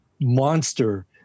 monster